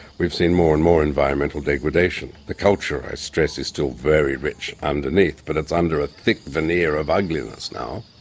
we've seen more and more environmental degradation. the culture, i stress, is still very rich underneath, but it's under a thick veneer of ugliness now.